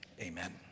Amen